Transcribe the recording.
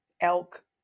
elk